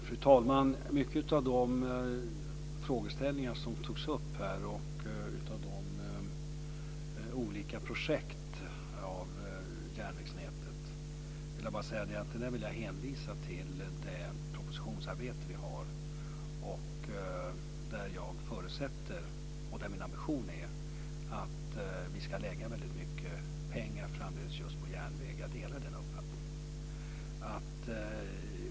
Fru talman! När det gäller mycket av de frågeställningar som togs upp här och av de olika projekten på järnvägsnätet vill jag bara hänvisa till det propositionsarbete som pågår, där min ambition är att vi ska lägga väldigt mycket pengar just på järnväg framdeles. Jag delar den uppfattningen.